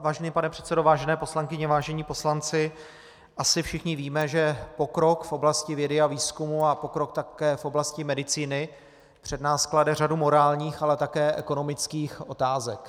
Vážený pane předsedo, vážené poslankyně, vážení poslanci, asi všichni víme, že pokrok v oblasti vědy a výzkumu a také pokrok v oblasti medicíny před nás klade řadu morálních, ale také ekonomických otázek.